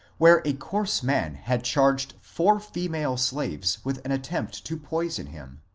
where a coarse man had charged four female slaves with an attempt to poison him.